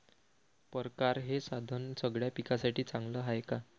परकारं हे साधन सगळ्या पिकासाठी चांगलं हाये का?